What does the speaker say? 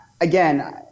again